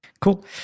Cool